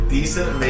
Decent